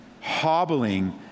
hobbling